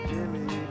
Jimmy